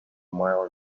mile